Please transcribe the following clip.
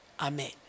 Amen